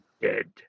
dead